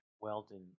Weldon